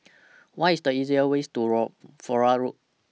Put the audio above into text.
What IS The easier ways to Flora Road